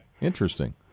interesting